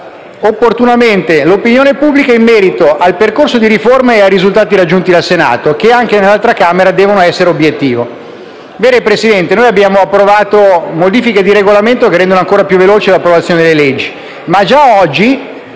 opportunamente l'opinione pubblica in merito al percorso delle riforme e ai risultati raggiunti dal Senato, che anche nell'altra Camera devono essere un obiettivo. Abbiamo approvato modifiche di Regolamento che rendono ancora più veloce l'approvazione dei provvedimenti, ma già oggi